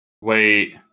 wait